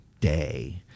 day